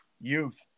youth